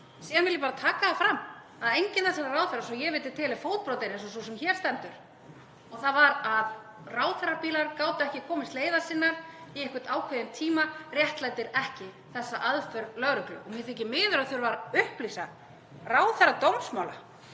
Síðan vil ég bara taka það fram að enginn þessara ráðherra, svo ég viti til, er fótbrotinn eins og sú sem hér stendur og það að ráðherrabílar gátu ekki komist leiðar sinnar í einhvern ákveðinn tíma réttlætir ekki þessa aðför lögreglu. Mér þykir miður að þurfa að upplýsa ráðherra dómsmála